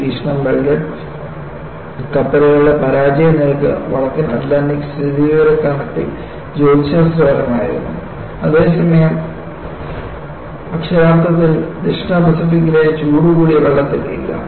നിരീക്ഷണം വെൽഡഡ് കപ്പലുകളുടെ പരാജയ നിരക്ക് വടക്കൻ അറ്റ്ലാന്റിക് സ്ഥിതിവിവരക്കണക്കിൽ ജ്യോതിശാസ്ത്രപരമായിരുന്നു അതേസമയം അക്ഷരാർത്ഥത്തിൽ ദക്ഷിണ പസഫിക്കിലെ ചൂടുകൂടിയ വെള്ളത്തിൽ ഇല്ല